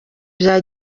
bya